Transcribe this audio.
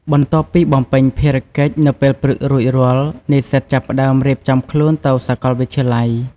បន្ទាប់ពីបំពេញភារកិច្ចនៅពេលព្រឹករួចរាល់ និស្សិតចាប់ផ្ដើមរៀបចំខ្លួនទៅសាកលវិទ្យាល័យ។